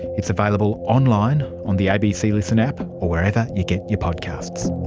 it's available online, on the abc listen app or wherever you get your podcasts.